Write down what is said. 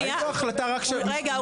רגע.